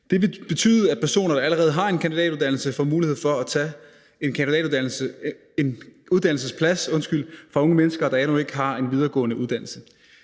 Det vil betyde, at personer, der allerede har en kandidatuddannelse, får mulighed for at tage en uddannelsesplads fra unge mennesker, der endnu ikke har en videregående uddannelse.